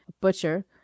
butcher